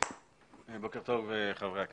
בוקר טוב, חברי הכנסת.